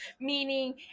Meaning